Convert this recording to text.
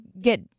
get